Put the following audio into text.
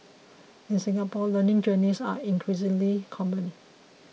in Singapore learning journeys are increasingly common